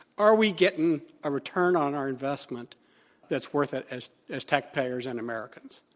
are we getting a return on our investment that's worth it as as taxpayers and americans?